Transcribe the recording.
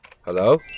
Hello